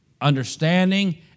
understanding